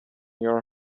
your